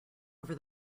over